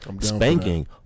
spanking